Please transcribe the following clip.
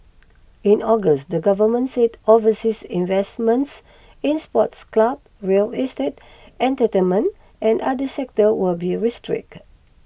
in August the government said overseas investments in sports clubs real estate entertainment and other sectors would be restricted